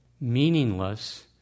meaningless